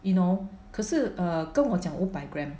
you know 可是 err 跟我讲五百 gram